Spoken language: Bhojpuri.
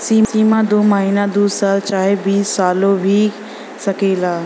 सीमा दू महीना दू साल चाहे बीस सालो भी सकेला